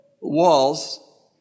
walls